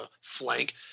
flank